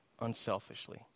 unselfishly